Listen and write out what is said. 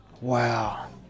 wow